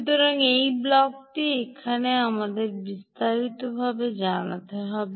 সুতরাং এই ব্লকটি এখনই আমাদের বিস্তারিতভাবে জানাতে হবে